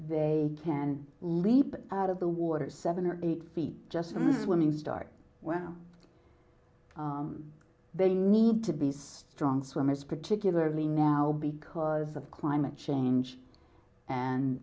they can leap out of the water seven or eight feet just swimming start where they need to be strong swimmers particularly now because of climate change and